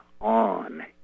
on